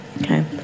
Okay